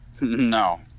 No